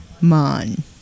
man